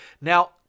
Now